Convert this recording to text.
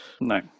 No